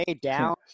down